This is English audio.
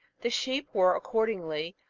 the sheep were, accordingly,